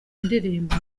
indirimbo